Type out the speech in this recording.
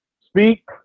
speak